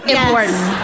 Important